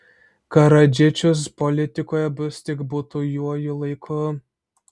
karadžičius politikoje bus tik būtuoju laiku